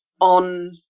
on